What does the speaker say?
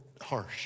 harsh